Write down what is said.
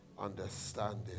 understanding